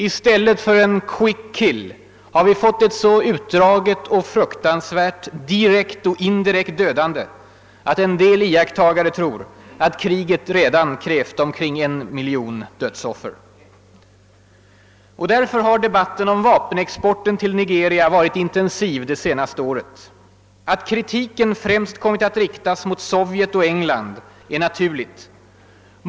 I stället för a quick kill har vi fått ett så utdraget och fruktansvärt direkt och indirekt dödande, att en del iakttagare tror att kriget redan krävt omkring en miljon dödsoffer. Därför har debatten om vapenexporten till Nigeria varit intensiv det senaste året. Att kritiken främst kommit att riktas mot Sovjet och England är naturligt.